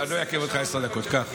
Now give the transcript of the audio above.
אני לא אעכב אותך עשר דקות, קח.